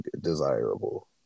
desirable